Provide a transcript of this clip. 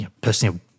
personally